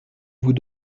vous